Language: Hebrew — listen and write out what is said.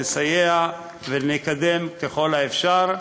נסייע ונקדם ככל האפשר,